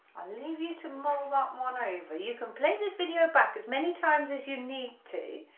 leave you to mull that one over, you can play this video back as many times as you need to,